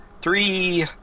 Three